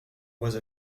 mois